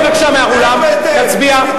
תצא בבקשה מהאולם, תצביע.